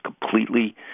completely